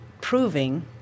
proving